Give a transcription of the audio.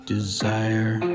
Desire